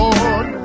Lord